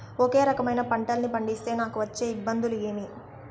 ఒకే రకమైన పంటలని పండిస్తే నాకు వచ్చే ఇబ్బందులు ఏమి?